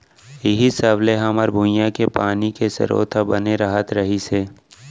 इहीं सब ले हमर भुंइया के पानी के सरोत ह बने रहत रहिस हे